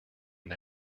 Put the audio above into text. and